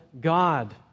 God